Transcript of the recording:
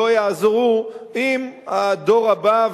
לא יעזרו אם הדור הבא,